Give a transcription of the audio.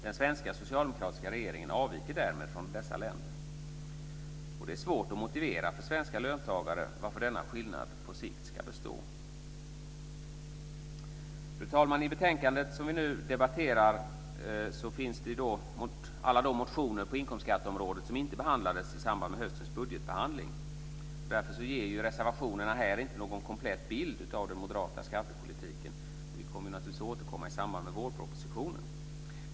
Den svenska socialdemokratiska regeringen avviker därmed från dessa länder. Det är svårt att motivera för svenska löntagare varför denna skillnad på sikt ska bestå. Fru talman! I det betänkande som vi nu debatterar behandlas alla de motioner på inkomstskatteområdet som inte behandlades i samband med höstens budgetbehandling. Därför ger reservationerna här inte någon komplett bild av den moderata skattepolitiken. Vi kommer naturligtvis att återkomma i samband med vårpropositionen.